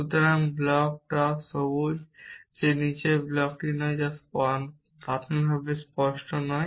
সুতরাং block top সবুজ যে নীচের ব্লক সবুজ নয় এটা প্রাথমিকভাবে স্পষ্ট নয়